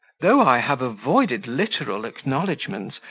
though i have avoided literal acknowledgments,